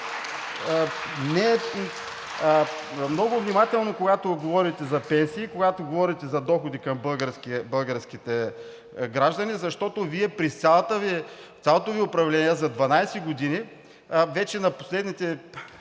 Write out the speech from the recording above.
много внимателно, когато говорите за пенсии и когато говорите за доходи към българските граждани, защото Вие през цялото Ви управление за 12 години, вече на последните